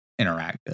interactive